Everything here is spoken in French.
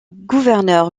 gouverneur